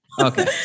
Okay